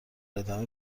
ادامه